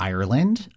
Ireland